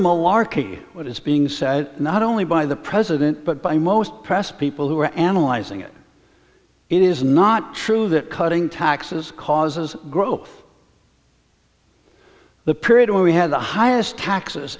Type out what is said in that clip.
malarkey what is being said not only by the president but by most press people who are analyzing it it is not true that cutting taxes causes growth the period when we had the highest taxes